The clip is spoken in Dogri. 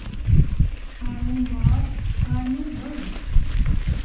अनुवाद अनुभव